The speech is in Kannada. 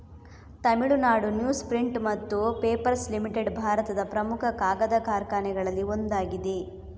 ತಮಿಳುನಾಡು ನ್ಯೂಸ್ ಪ್ರಿಂಟ್ ಮತ್ತು ಪೇಪರ್ಸ್ ಲಿಮಿಟೆಡ್ ಭಾರತದ ಪ್ರಮುಖ ಕಾಗದ ಕಾರ್ಖಾನೆಗಳಲ್ಲಿ ಒಂದಾಗಿದೆ